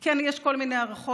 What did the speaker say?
כן, יש כל מיני הערכות.